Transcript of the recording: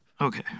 okay